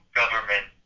government